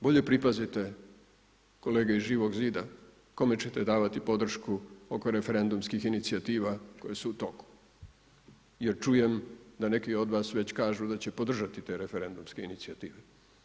Bolje pripazite kolege iz Živog zida kome ćete davati podršku oko referendumskih inicijativa koje su u toku jer čujem da neki od vas već kažu da će podržati te referendumske inicijative.